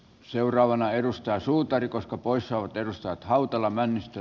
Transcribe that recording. seuraavana edustaa suutari koska poissaolot edustajat hautala männistö